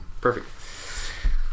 Perfect